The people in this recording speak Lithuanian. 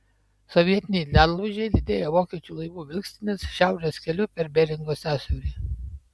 sovietiniai ledlaužiai lydėjo vokiečių laivų vilkstines šiaurės keliu per beringo sąsiaurį